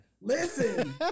Listen